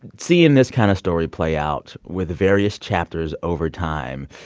seeing this kind of story play out with various chapters over time,